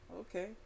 okay